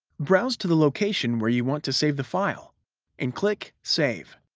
browse to the location where you want to save the file and click save.